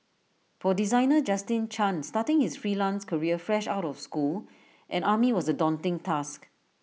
for designer Justin chan starting his freelance career fresh out of school and army was A daunting task